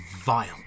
vile